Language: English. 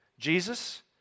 Jesus